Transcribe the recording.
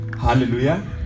hallelujah